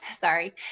sorry